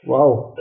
Wow